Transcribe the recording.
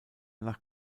nach